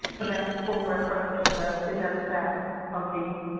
and that full reference is at the back of the